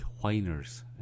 whiners